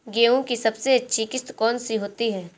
गेहूँ की सबसे अच्छी किश्त कौन सी होती है?